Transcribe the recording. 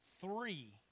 three